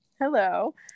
Hello